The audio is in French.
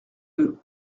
deux